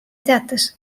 teatas